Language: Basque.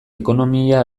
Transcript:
ekonomia